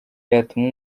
yatuma